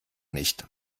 nicht